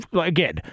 again